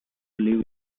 live